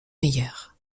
meilleur